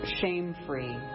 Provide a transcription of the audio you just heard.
shame-free